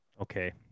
Okay